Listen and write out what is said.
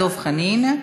דב חנין,